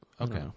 Okay